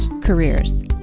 careers